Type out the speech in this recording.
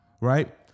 right